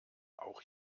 auch